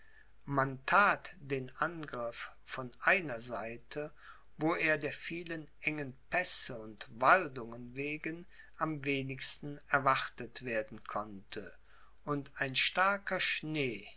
man that den angriff von einer seite wo er der vielen engen pässe und waldungen wegen am wenigsten erwartet werden konnte und ein starker schnee